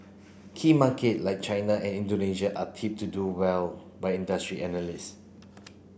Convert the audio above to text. key market like China and Indonesia are tipped to do well by industry analyst